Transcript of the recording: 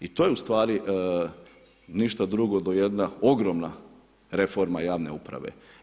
I to je ustvari do ništa drugo, do jedna ogromna reforma javne uprave.